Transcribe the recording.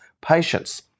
patients